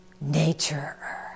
nature